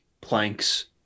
planks